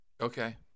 Okay